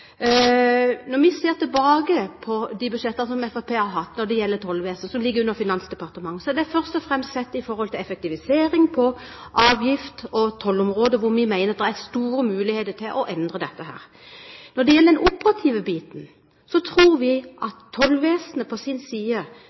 Når vi ser tilbake på de budsjettene som Fremskrittspartiet har hatt når det gjelder tollvesenet, som ligger under Finansdepartementet, er de først og fremst sett i forhold til effektivisering på avgifts- og tollområdet, hvor vi mener at det er store muligheter for å endre. Når det gjelder den operative biten, tror vi at tollvesenet, på sin side,